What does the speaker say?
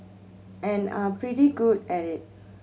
and are pretty good at it